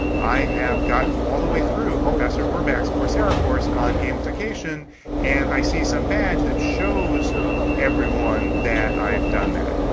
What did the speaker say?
i have gone all the way through professor werbach's coursera course on gamification and i see some badge that shows everyone that i've done that.